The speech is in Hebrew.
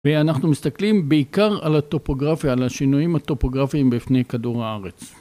ואנחנו מסתכלים בעיקר על הטופוגרפיה, על השינויים הטופוגרפיים בפני כדור הארץ.